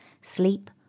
Sleep